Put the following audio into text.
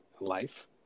life